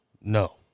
No